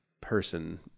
person